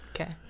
Okay